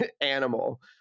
animal